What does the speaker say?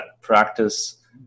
Practice